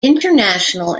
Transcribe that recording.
international